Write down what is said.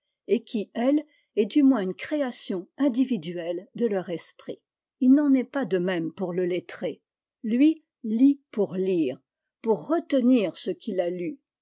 et qui elle est du moins une création individuelle de leur esprit il n'eu est pas de même pour le lettré lui lit pour lire pour retenir ce qu'il a lu